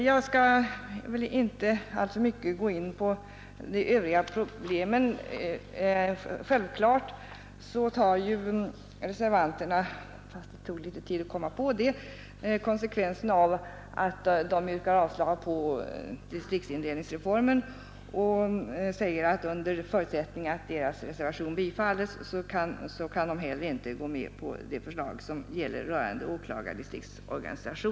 Jag skall väl inte alltför mycket gå in på de övriga problemen. Självfallet tar reservanterna — fast det tog litet tid för dem att komma på det — konsekvenserna av att de yrkar avslag på distriktsindelningsreformen. De säger att under förutsättning att deras reservation bifalles kan de heller inte gå med på förslaget om åklagardistriktsorganisationen.